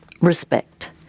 respect